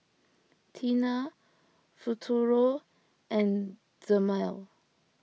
Tena Futuro and Dermale